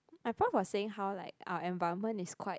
my prof was saying how like our environment is quite